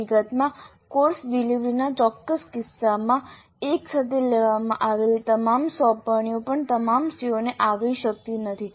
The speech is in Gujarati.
હકીકતમાં કોર્સ ડિલિવરીના ચોક્કસ કિસ્સામાં એકસાથે લેવામાં આવેલી તમામ સોંપણીઓ પણ તમામ CO ને આવરી શકતી નથી